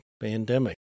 pandemic